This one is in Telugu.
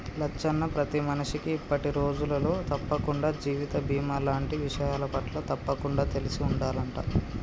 లచ్చన్న ప్రతి మనిషికి ఇప్పటి రోజులలో తప్పకుండా జీవిత బీమా లాంటి విషయాలపట్ల తప్పకుండా తెలిసి ఉండాలంట